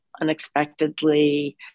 unexpectedly